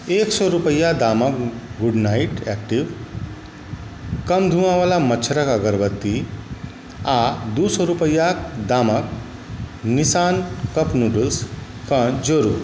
एक सौ रुपैआ दामके गुडनाइट एक्टिव कम धुआँवला मच्छरके अगरबत्ती आओर दुइ सओ रुपैआ दामके निशान कप नूडल्सके जोड़ू